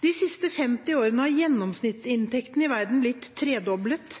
De siste 50 årene har gjennomsnittsinntekten i verden blitt tredoblet,